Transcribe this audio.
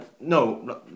No